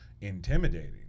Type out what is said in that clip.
intimidating